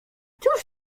cóż